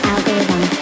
Algorithm